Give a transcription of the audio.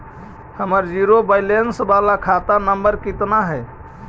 हमर zero balance बाला खाता नम्बर कितना है?